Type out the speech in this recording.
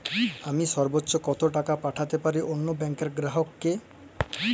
আমি সর্বোচ্চ কতো টাকা পাঠাতে পারি অন্য ব্যাংকের গ্রাহক কে?